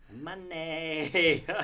money